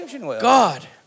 God